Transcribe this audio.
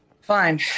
Fine